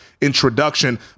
introduction